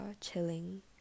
chilling